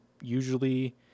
usually